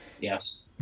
Yes